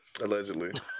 allegedly